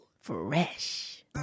Fresh